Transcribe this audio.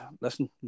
listen